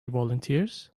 volunteers